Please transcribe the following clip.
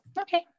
Okay